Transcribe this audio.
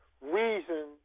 reason